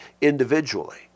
individually